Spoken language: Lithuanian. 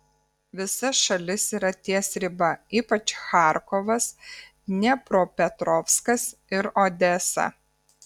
visa šalis yra ties riba ypač charkovas dniepropetrovskas ir odesa